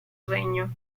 regno